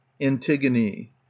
Antigone